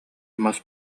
мас